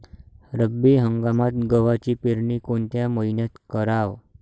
रब्बी हंगामात गव्हाची पेरनी कोनत्या मईन्यात कराव?